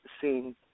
seen